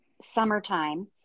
summertime